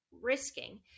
risking